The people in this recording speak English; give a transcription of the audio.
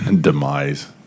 Demise